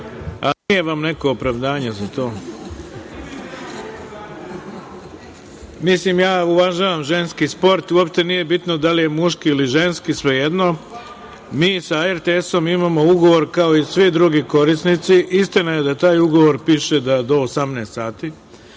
Hvala. Nije vam neko opravdanje za to. Uvažavam ženski sport. Uopšte nije bitno da li je muški ili ženski, svejedno, mi sa RTS imamo ugovor kao i svi drugi korisnici. Istina je da u tom ugovoru piše do 18.00